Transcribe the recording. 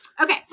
okay